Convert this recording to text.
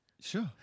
Sure